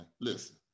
listen